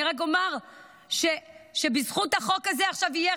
אני רק אומר שבזכות החוק הזה עכשיו יהיה